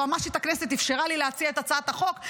יועמ"שית הכנסת אפשרה לי להציע את הצעת החוק,